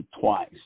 twice